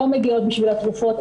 לא מגיעות בשביל התרופות,